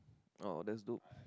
oh that's dope